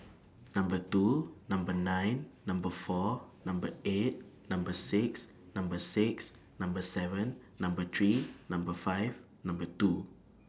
Number two Number nine Number four Number eight Number six Number six Number seven Number three Number five Number two